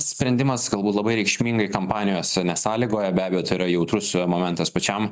sprendimas kalbu labai reikšmingai kampanijos nesąlygoja be abejo tai yra jautrus momentas pačiam